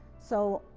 so,